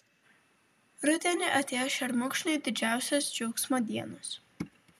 rudenį atėjo šermukšniui didžiausios džiaugsmo dienos